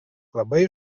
labai